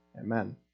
Amen